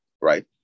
right